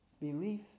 Belief